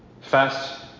Fast